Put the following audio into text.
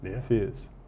fears